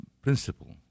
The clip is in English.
Principle